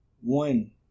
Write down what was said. one